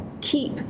keep